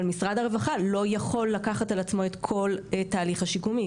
אבל משרד הרווחה לא יכול לקחת על עצמו את כל התהליך השיקומי.